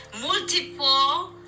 Multiple